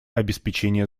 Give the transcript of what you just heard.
обеспечения